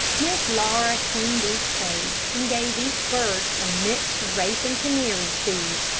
miss laura cleaned each cage, and gave each bird some mixed rape and canary seed.